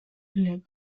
rev